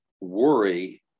worry